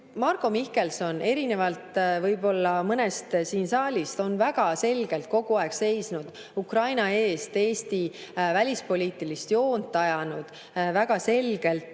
Marko Mihkelson erinevalt võib-olla mõnest inimesest siin saalis on väga selgelt kogu aeg seisnud Ukraina eest, Eesti välispoliitilist joont ajanud, väga selgelt